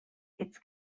its